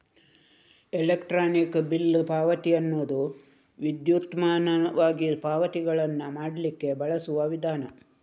electronic bill ಪಾವತಿ ಅನ್ನುದು ವಿದ್ಯುನ್ಮಾನವಾಗಿ ಪಾವತಿಗಳನ್ನ ಮಾಡ್ಲಿಕ್ಕೆ ಬಳಸುವ ವಿಧಾನ